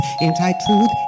Anti-truth